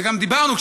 וגם דיברנו,